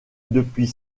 depuis